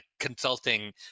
Consulting